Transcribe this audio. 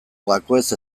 gakoez